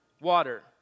water